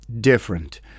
different